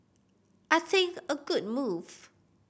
I think a good move